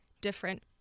different